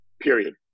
period